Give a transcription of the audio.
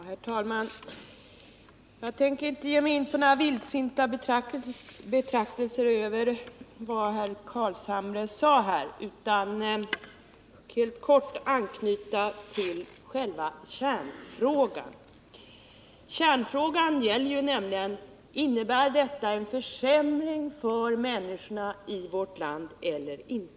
Herr talman! Jag tänker inte ge mig in på några vildsinta betraktelser med anledning av vad herr Carlshamre sade utan helt kort anknyta till själva kärnfrågan. Kärnfrågan är ju denna: Innebär detta en försämring för människorna i vårt land eller ej?